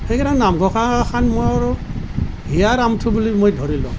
সেইকাৰণে নামঘোষাখন মোৰ হিয়াৰ আমঠু বুলি ধৰি লওঁ